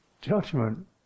judgment